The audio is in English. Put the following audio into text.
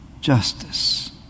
justice